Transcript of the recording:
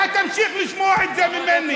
אתה תמשיך לשמוע את זה ממני.